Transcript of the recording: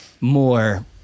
more